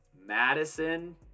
Madison